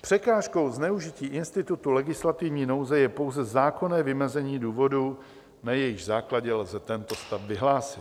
Překážkou zneužití institutu legislativní nouze je pouze zákonné vymezení důvodů, na jejichž základě lze tento stav vyhlásit.